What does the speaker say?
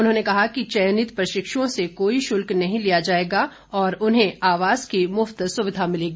उन्होंने कहा कि चयनित प्रशिक्षुओं से कोई शुल्क नहीं लिया जाएगा और उन्हें आवास की मुफ्त सुविधा मिलेगी